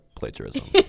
plagiarism